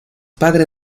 padre